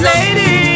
Lady